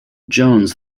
jones